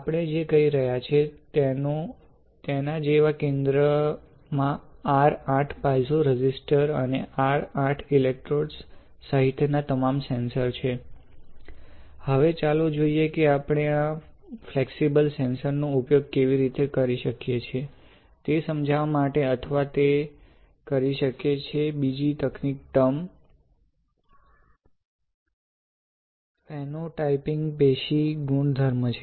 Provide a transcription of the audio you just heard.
આપણે જે કહી રહ્યા હતા તેના જેવા કેન્દ્રમાં r 8 પાઇઝો રેઝિસ્ટર અને r 8 ઇલેક્ટ્રોડ્સ સહિતના તમામ સેન્સર છે હવે ચાલો જોઈએ કે આપણે આ ફ્લેક્સિબલ સેન્સર નો ઉપયોગ કેવી રીતે કરી શકીએ છીએ તે સમજવા માટે અથવા તે કરી શકે છે બીજી તકનીકી ટર્મ ફેનોટાઇપિંગ પેશી ગુણધર્મો છે